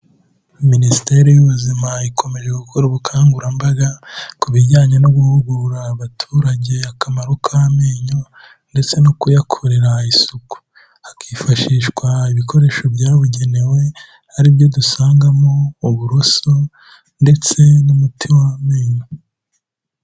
Minisiteri y'ubuzima ikomeje gukora ubukangurambaga ku bijyanye no guhugura abaturage akamaro k'amenyo ndetse no kuyakorera isuku, hakifashishwa ibikoresho byabugenewe aribyo dusangamo uburoso ndetse n'umuti w'amenyo.